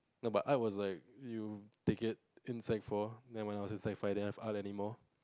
no but I was like you take it in sec four then when I was in sec five then didn't have art anymore